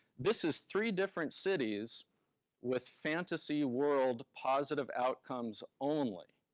this is three different cities with fantasy world positive outcomes only,